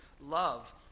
Love